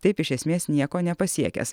taip iš esmės nieko nepasiekęs